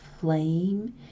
flame